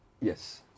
Yes